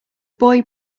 boy